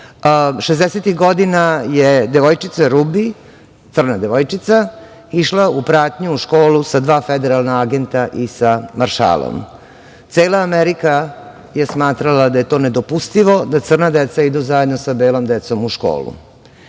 godina je devojčica Rubi, crna devojčica, išla u pratnju u školu sa federalna agenta i sa maršalom. Cela Amerika je smatrala da je to nedopustivo, da crna deca idu zajedno sa belom decom u školu.